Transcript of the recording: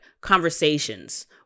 conversations